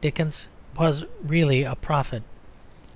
dickens was really a prophet